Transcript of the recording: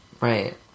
Right